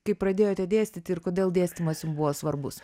kaip pradėjote dėstyti ir kodėl dėstymas jum buvo svarbus